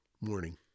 Morning